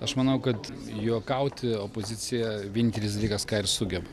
aš manau kad juokauti opozicija vienintelis dalykas ką ir sugeba